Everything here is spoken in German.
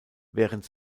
während